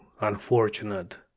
unfortunate